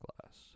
class